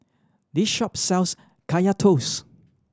this shop sells Kaya Toast